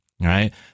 Right